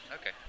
Okay